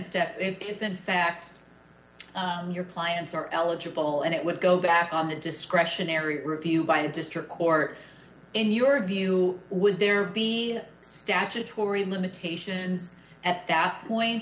step if in fact your clients are eligible and it would go back up to discretionary review by the district court in your view would there be statutory limitations at that point